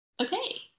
Okay